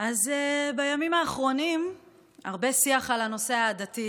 אז בימים האחרונים עלה פה הרבה שיח על הנושא העדתי,